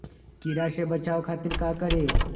कीरा से बचाओ खातिर का करी?